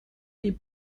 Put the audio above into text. die